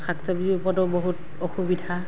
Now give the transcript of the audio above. শাক চব্জিৰ ওপৰতো বহুত অসুবিধা